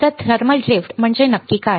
तर thermal drift म्हणजे नक्की काय